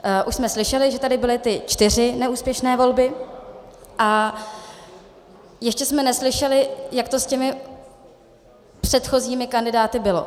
Už jsme slyšeli, že tady byly ty čtyři neúspěšné volby, a ještě jsme neslyšeli, jak to s těmi předchozími kandidáty bylo.